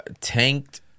Tanked